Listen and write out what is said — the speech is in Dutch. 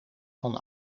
van